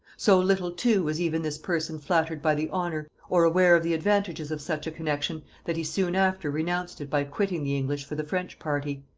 so little too was even this person flattered by the honor, or aware of the advantages, of such a connection, that he soon after renounced it by quitting the english for the french party.